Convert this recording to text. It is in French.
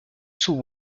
sous